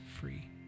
free